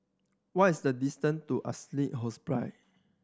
what is the distance to Assisi Hospice